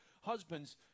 Husbands